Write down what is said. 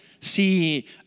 see